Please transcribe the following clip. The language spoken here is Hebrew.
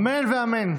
אמן ואמן.